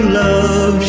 love